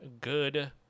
good